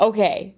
Okay